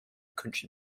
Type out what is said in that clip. country